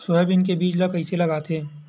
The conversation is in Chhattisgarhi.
सोयाबीन के बीज ल कइसे लगाथे?